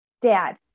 Dad